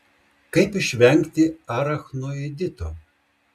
kaip išvengti arachnoidito